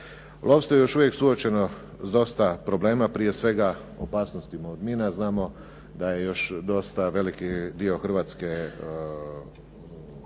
Lovstvo je još uvijek suočeno s dosta problema, prije svega opasnostima od mina. Znamo da je još dosta veliki dio Hrvatske,